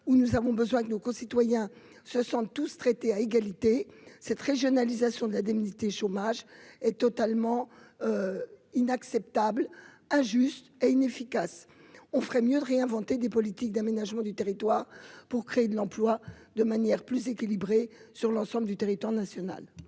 où nous avons besoin que nos concitoyens, ce sont tous traités à égalité cette régionalisation de la d'amnistie chômage est totalement inacceptable, injuste et inefficace, on ferait mieux de réinventer des politiques d'aménagement du territoire pour créer de l'emploi, de manière plus équilibrée sur l'ensemble du territoire national.